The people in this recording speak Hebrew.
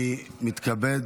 אני מתכבד